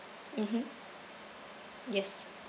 mmhmm yes